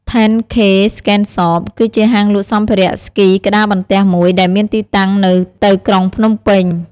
ធេន ឃេ ស្កេត ហ្សប (10K Skatesshop) គឺជាហាងលក់សម្ភារៈស្គីក្ដារបន្ទះមួយដែលមានទីតាំងនៅទៅក្រុងភ្នំពេញ។